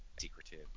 secretive